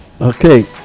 Okay